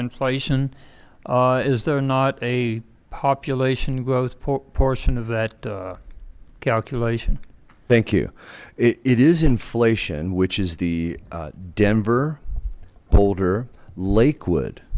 inflation is there not a population growth portion of that calculation thank you it is inflation which is the denver boulder lakewood